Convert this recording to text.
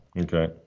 Okay